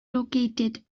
located